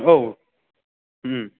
औ